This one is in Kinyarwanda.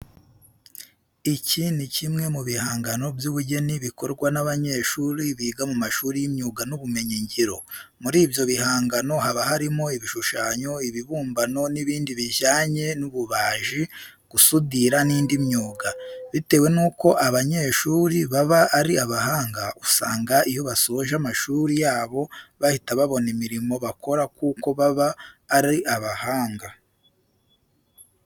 Iki ni kimwe mu bihangano by'ubugeni bikorwa n'abanyeshuri biga mu mashuri y'imyuga n'ubumenyingiro. Muri ibyo bihangano haba harimo ibishushanyo, ibibumbano n'ibindi bijyanye n'ububaji, gusudira n'indi myuga. Bitewe nuko aba banyeshuri baba ari abahanga usanga iyo basoje amashuri yabo bahita babona imirimo bakora kuko baba ari abahanga.